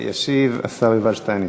ישיב השר יובל שטייניץ.